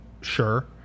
sure